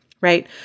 right